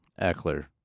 Eckler